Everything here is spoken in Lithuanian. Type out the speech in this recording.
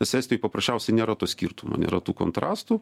nes estijoj paprasčiausiai nėra to skirtumo nėra tų kontrastų